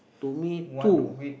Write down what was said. to me two